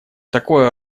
такое